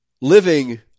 living